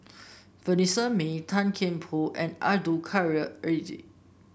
Vanessa Mae Tan Kian Por and Abdul Kadir Syed